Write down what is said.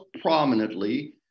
prominently